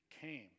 came